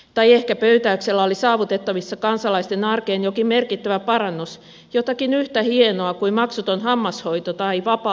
tai ehkä pöytäyksellä oli saavutettavissa kansalaisten arkeen jokin merkittävä parannus jotakin yhtä hienoa kuin maksuton hammashoito tai vapaa opiskeluoikeus